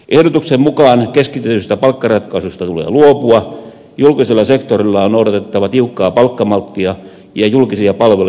ehdotuksen mukaan keskitetystä palkkaratkaisusta tulee luopua julkisella sektorilla on noudatettava tiukkaa palkkamalttia ja julkisia palveluja on rajoitettava